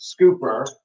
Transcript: scooper